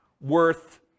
worth